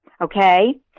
Okay